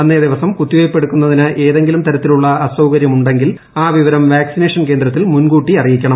അന്നേ ദിവസം കുത്തിവയ്പ്പ് എടുക്കുന്നതിന് ഏതെങ്കിലും വിധത്തിലുള്ള അസൌകര്യമുണ്ടെങ്കിൽ ആ വിവരം വാക്സിനേഷൻ കേന്ദ്രത്തിൽ മുൻകൂട്ടി അറിയിക്കണം